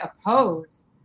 oppose